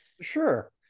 Sure